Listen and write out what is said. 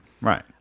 Right